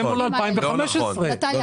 זה מול 2015. לא.